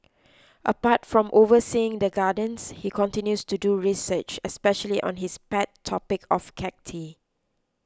apart from overseeing the gardens he continues to do research especially on his pet topic of cacti